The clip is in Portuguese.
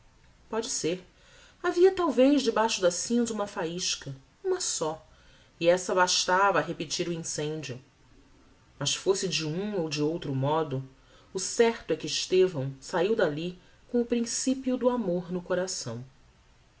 póde ser havia talvez debaixo da cinza uma faisca uma só e essa bastava a repetir o incendio mas fosse de um ou de outro modo o certo é que estevão saiu dalli com o príncipio do amor no coração